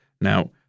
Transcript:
Now